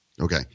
Okay